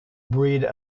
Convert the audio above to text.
breed